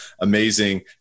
amazing